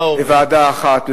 בוועדה אחת,